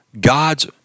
God's